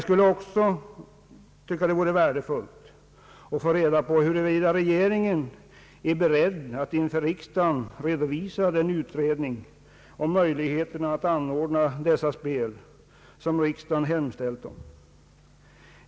Emellertid anser jag det vara värdefullt att få reda på huruvida regeringen är beredd att inför riksdagen redovisa den utredning om möjligheterna att arrangera dessa spel som riksdagen hemställt om.